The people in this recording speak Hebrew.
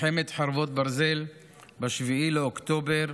מלחמת חרבות ברזל ב-7 באוקטובר,